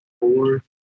four